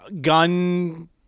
Gun